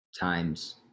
times